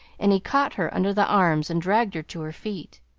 and he caught her under the arms and dragged her to her feet.